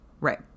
Right